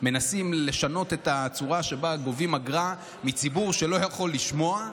מנסים לשנות את הצורה שבה גובים אגרה מציבור שלא יכול לשמוע,